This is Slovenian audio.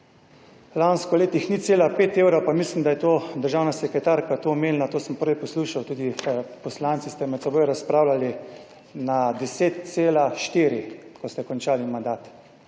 lansko letih 0,5 evrov pa mislim, da je to državna sekretarka to omenila, to sem prej poslušal tudi poslanci ste med seboj razpravljali na 10,4, ko ste končali mandat.